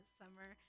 summer